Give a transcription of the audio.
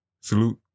Salute